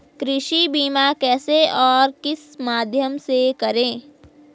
कृषि बीमा कैसे और किस माध्यम से करें?